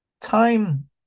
time